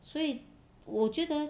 所以我觉得